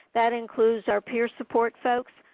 that includes our peer support folks,